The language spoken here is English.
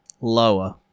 Lower